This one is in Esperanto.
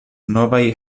novaj